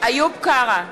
איוב קרא,